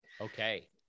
Okay